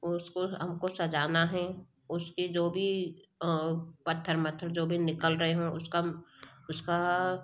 उसको हम को सजाना है उसकी जो भी पत्थर मत्थर जो भी निकल रहे हों उसका उसका